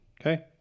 Okay